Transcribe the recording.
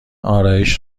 آرایشم